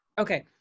okay